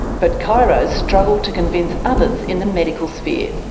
but chiros struggle to convince others in the medical sphere.